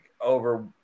over